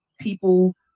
people